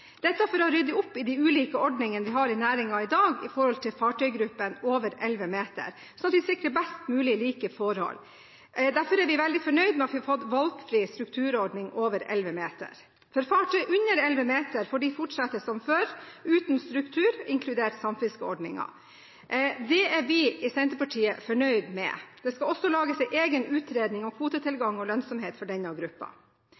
dette for å rydde opp i de ulike ordningene vi har i næringen i dag for fartøygruppene over 11 meter, slik at vi sikrer mest mulig like forhold. Derfor er vi veldig fornøyd med at vi nå får en valgfri strukturordning for flåten over 11 meter. Fartøygruppen under 11 meter får fortsette som før – uten struktur – inkludert samfiskeordningen. Det er vi i Senterpartiet fornøyd med. Det skal også lages en egen utredning om